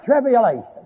tribulation